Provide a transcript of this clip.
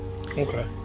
okay